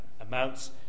amounts